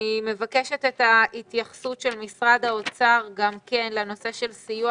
אני מבקשת את ההתייחסות גם של משרד האוצר לנושא של סיוע